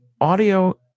audio